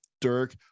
Dirk